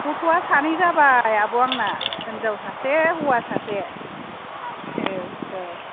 गथ'आ सानै जाबाय आब' आंना हिन्जाव सासे हौवा सासे औ औ